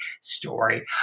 story